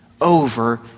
Over